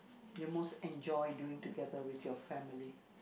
you most enjoy doing together with your family